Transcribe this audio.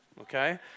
Okay